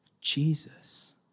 Jesus